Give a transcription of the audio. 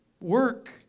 work